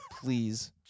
Please